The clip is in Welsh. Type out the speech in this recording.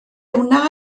wna